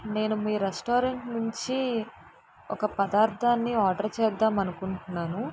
నేను మీ రెస్టారెంట్ నుంచి ఒక పదార్ధాన్ని ఆర్డర్ చేద్దాం అనుకుంటున్నాను